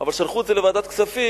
אבל שלחו את זה לוועדת הכספים.